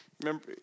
remember